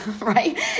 right